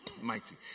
Mighty